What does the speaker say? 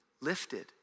lifted